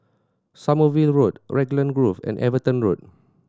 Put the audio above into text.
Sommerville Road Raglan Grove and Everton Road